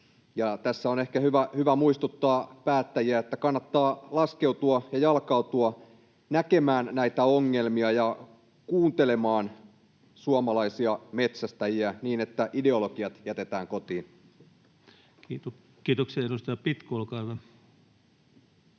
Tässä on ehkä hyvä muistuttaa päättäjiä, että kannattaa laskeutua ja jalkautua näkemään näitä ongelmia ja kuuntelemaan suomalaisia metsästäjiä niin, että ideologiat jätetään kotiin. Kiitoksia. — Edustaja Pitko, olkaa hyvä.